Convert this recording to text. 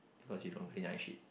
because you don't clean up shit